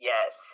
Yes